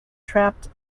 trapped